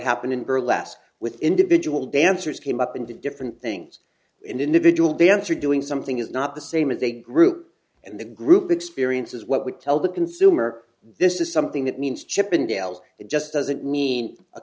happened in burlesque with individual dancers came up and did different things and individual dancer doing something is not the same as a group and the group experience is what we tell the consumer this is something that means chippendales it just doesn't mean a